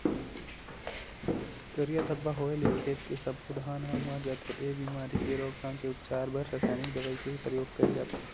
करिया धब्बा होय ले खेत के सब्बो धान ह मर जथे, ए बेमारी के रोकथाम के उपचार बर रसाइनिक दवई के परियोग करे जाथे